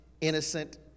innocent